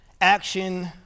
action